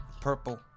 purple